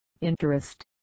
interest